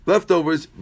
Leftovers